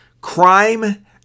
Crime